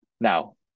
Now